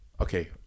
Okay